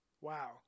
Wow